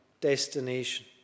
destination